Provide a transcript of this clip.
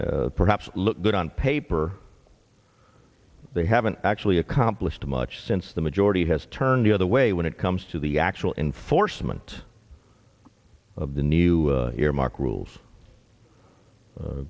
changes perhaps look good on paper they haven't actually accomplished much since the majority has turned the other way when it comes to the actual enforcement of the new earmark rules